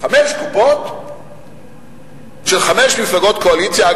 חמש קופות של חמש מפלגות קואליציה.